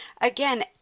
again